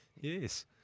Yes